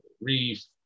Reef